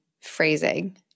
phrasing